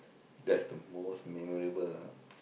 that's the most memorable ah